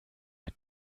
mit